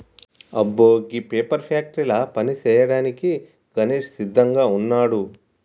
అబ్బో గీ పేపర్ ఫ్యాక్టరీల పని సేయ్యాడానికి గణేష్ సిద్దంగా వున్నాడు